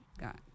got